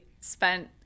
spent